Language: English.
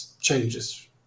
changes